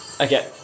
okay